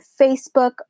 facebook